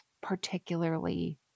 particularly